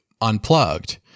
unplugged